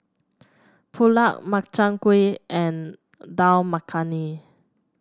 Pulao Makchang Gui and Dal Makhani